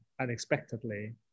unexpectedly